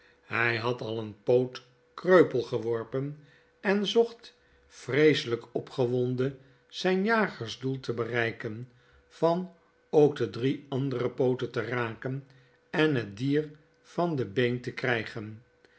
hij had al een poot kreupel geworpen en zocht vreeseljjk opgewonden zyn jagers doel te bereiken van ook de drie andere pooten te raken en het dier van de been te krygen